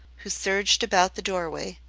who surged about the doorway,